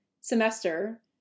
semester